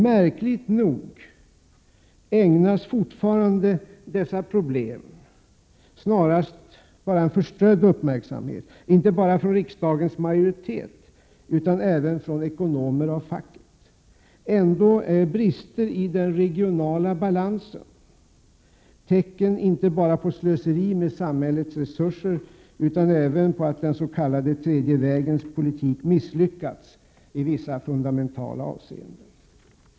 Märkligt nog ägnas fortfarande dessa problem snarast bara en förströdd uppmärksamhet, inte enbart av riksdagens majoritet utan även av ekonomer och facket. Ändå är brister i den regionala balansen tecken inte bara på slöseri med samhällets resurser utan även på att den s.k. tredje vägens politik misslyckats i vissa fundamentala avseenden.